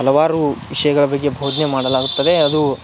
ಹಲವಾರು ವಿಷಯಗಳ ಬಗ್ಗೆ ಬೋಧನೆ ಮಾಡಲಾಗುತ್ತದೆ ಅದು